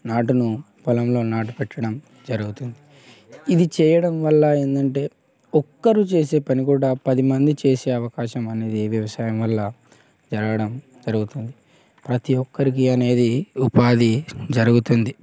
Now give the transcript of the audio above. నాటును పొలంలో నాటు పెట్టడం జరుగుతుంది ఇది చేయడం వల్ల ఏందంటే ఒక్కరు చేసే పని కూడా పదిమంది చేసే అవకాశం అనేది వ్యవసాయం వల్ల జరగడం జరుగుతుంది ప్రతి ఒక్కరికి అనేది ఉపాధి జరుగుతుంది